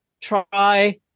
Try